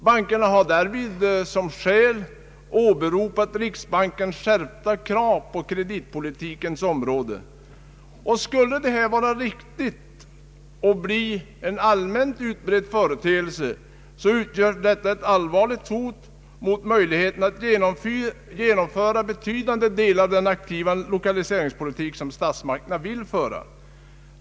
Bankerna har därvid som skäl åberopat riksbankens skärpta krav på kreditpolitikens område. Skulle detta vara riktigt och bli en allmänt utbredd företeelse, så utgör det ett allvarligt hot mot möjligheterna att genomföra betydande delar av den aktiva lokaliseringspolitik som statsmakterna vill föra.